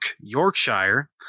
Yorkshire